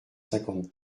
cinquante